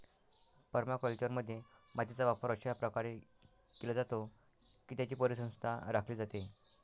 परमाकल्चरमध्ये, मातीचा वापर अशा प्रकारे केला जातो की त्याची परिसंस्था राखली जाते